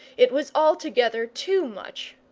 it was altogether too much.